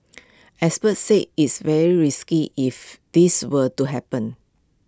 experts say is very risky if this were to happen